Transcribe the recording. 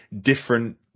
different